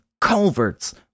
culverts